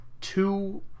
two